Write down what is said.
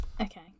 Okay